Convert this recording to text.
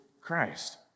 Christ